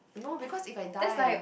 no because if I die